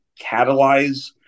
catalyze